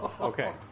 Okay